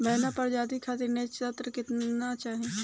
बौना प्रजाति खातिर नेत्रजन केतना चाही?